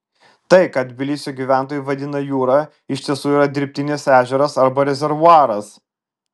tai ką tbilisio gyventojai vadina jūra iš tiesų yra dirbtinis ežeras arba rezervuaras